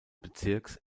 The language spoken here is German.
bezirks